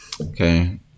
Okay